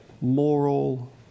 moral